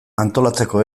antolatzeko